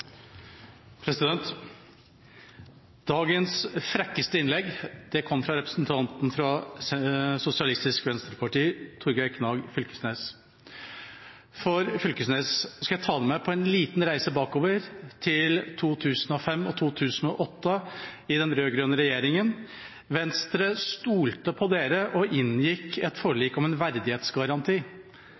pleie. Dagens frekkeste innlegg kom fra representanten fra Sosialistisk Venstreparti, Torgeir Knag Fylkesnes. Jeg skal ta ham med på en liten reise bakover, til 2005 og 2008, til den rød-grønne regjeringa. Venstre stolte på den og inngikk et forlik om en verdighetsgaranti.